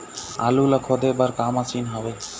आलू ला खोदे बर का मशीन हावे?